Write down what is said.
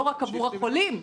לא רק עבור החולים,